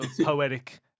poetic